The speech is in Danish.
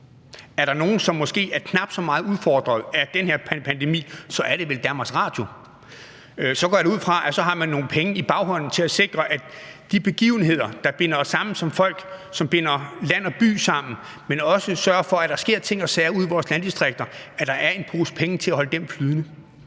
Er der nogen, som måske er knap så meget udfordret af den her pandemi, så er det vel Danmarks Radio. Så går jeg da ud fra, at man har nogle penge i baghånden til at sikre, at der er en pose penge til at holde de begivenheder flydende, der binder os sammen som et folk, som binder land og by sammen og også sørger for, at der sker ting og sager ude i vores landdistrikter. For ellers er det en meget, meget